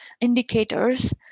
indicators